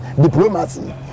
diplomacy